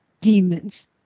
demons